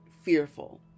fearful